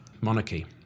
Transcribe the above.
monarchy